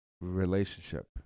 relationship